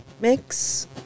mix